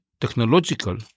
technological